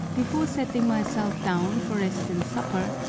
before settling myself down, for rest and supper,